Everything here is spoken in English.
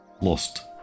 lost